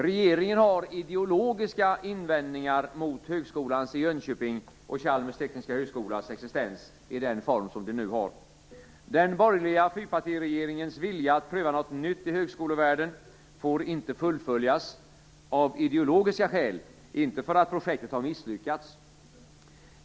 Regeringen har ideologiska invändningar mot Högskolans i Jönköping och Chalmers tekniska högskolas existens i den form som de nu har. Den borgerliga fyrpartiregeringens vilja att pröva något nytt i högskolevärlden får inte fullföljas av ideologiska skäl, och inte för att projektet har misslyckats.